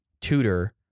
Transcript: tutor